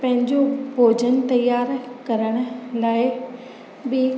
पंहिंजो भोजन तयारु करण लाइ बि